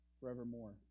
forevermore